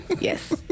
Yes